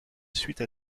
suite